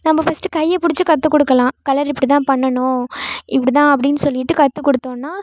நம்ம ஃபஸ்ட் கையை பிடிச்சி கத்துக்கொடுக்கலாம் கலர் இப்படிதான் பண்ணணும் இப்படிதான் அப்படின் சொல்லிட்டு கத்துக்கொடுத்தோன்னா